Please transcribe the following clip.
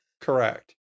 Correct